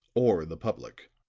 or the public.